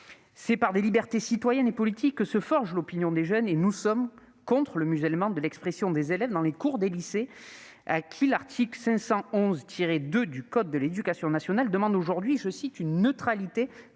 C'est par les libertés citoyennes et politiques que se forge l'opinion des jeunes, et nous sommes contre le musellement de l'expression des élèves dans les cours des lycées, élèves auxquels l'article L. 511-2 du code de l'éducation demande aujourd'hui une « neutralité